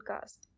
cast